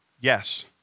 Yes